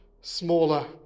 smaller